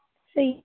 ସେଇ